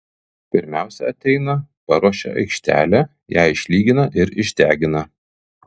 pirmiausia ateina paruošia aikštelę ją išlygina ir išdegina